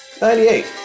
Ninety-eight